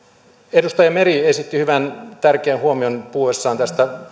edustaja meri esitti hyvän tärkeän huomion puhuessaan tästä